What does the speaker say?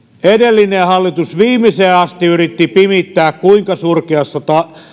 edellinen hallitus viimeiseen asti yritti pimittää kuinka surkeassa